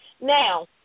Now